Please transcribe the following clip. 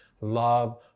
love